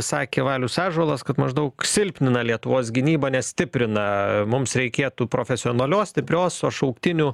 sakė valius ąžuolas kad maždaug silpnina lietuvos gynybą ne stiprina mums reikėtų profesionalios stiprios o šauktinių